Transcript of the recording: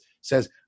says